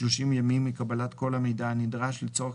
30 ימים מקבלת כל המידע הנדרש לצורך